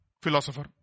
philosopher